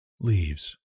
Leaves